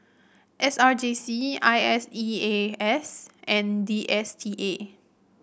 S R J C I S E A S and D S T A